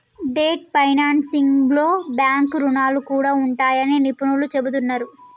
debt ఫైనాన్సింగ్లో bank రుణాలు కూడా ఉంటాయని నిపుణులు చెబుతున్నరు